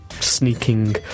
sneaking